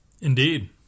indeed